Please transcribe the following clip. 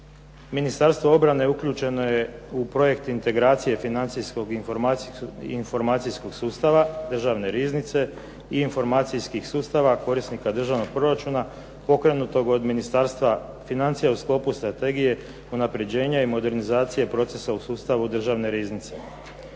Ministarstvo obrane uključeno je u projekt integracije financijskog, informacijskog sustava državne riznice i informacijskih sustava korisnika državnog proračuna pokrenutog od Ministarstva financija u sklopu strategije unaprjeđenja i modernizacije procesa u sustavu državne riznice.